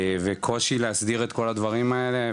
וקושי להסדיר את כל הדברים האלה,